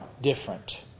different